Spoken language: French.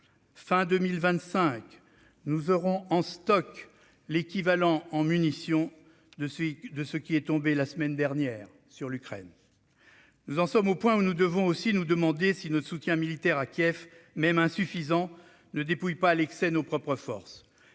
de 2025, nous aurons en stock l'équivalent en munitions de ce qui est tombé la semaine dernière sur l'Ukraine. Nous en sommes au point où nous devons aussi nous demander si notre soutien militaire à Kiev, même insuffisant, ne dépouille pas à l'excès nos propres forces.